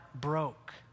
broke